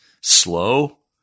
slow